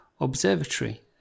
Observatory